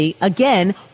Again